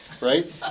right